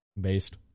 Based